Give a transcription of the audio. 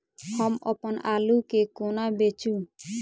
हम अप्पन आलु केँ कोना बेचू?